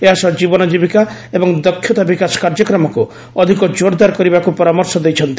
ଏହା ସହ ଜୀବନ ଜୀବିକା ଏବଂ ଦକ୍ଷତା ବିକାଶ କାର୍ଯ୍ୟକ୍ରମକୁ ଅଧିକ ଜୋରଦାର କରିବାକୁ ପରାମର୍ଶ ଦେଇଛନ୍ତି